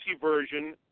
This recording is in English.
version